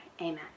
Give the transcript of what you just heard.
amen